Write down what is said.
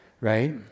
right